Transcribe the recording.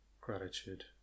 gratitude